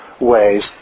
ways